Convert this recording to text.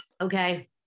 okay